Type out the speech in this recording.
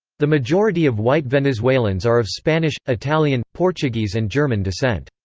the majority of white venezuelans are of spanish, italian, portuguese and german descent.